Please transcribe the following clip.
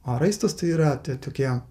o raistas tai yra tie tokie